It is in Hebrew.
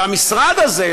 והמשרד הזה,